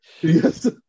yes